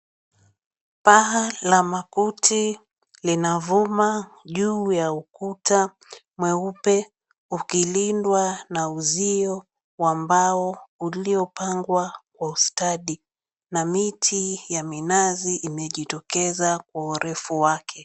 Paa la makuti linavuma juu ya ukuta mweupe ukilindwa na uzio wa mbao uliopangwa kwa ustadi na miti ya minazi imejitokeza kwa urefu wake.